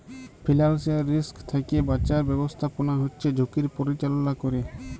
financial risk থ্যাকে বাঁচার ব্যাবস্থাপনা হচ্যে ঝুঁকির পরিচাললা ক্যরে